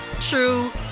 true